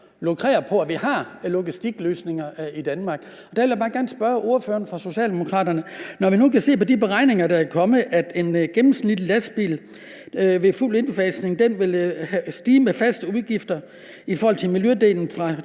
lukrerer på, at vi har logistikløsninger i Danmark. Der vil jeg bare gerne spørge ordføreren for Socialdemokraterne om noget. Når vi nu kan se på de beregninger, der er kommet, at en gennemsnitlig lastbil ved fuld indfasning med hensyn til faste udgifter vedrørende miljødelen vil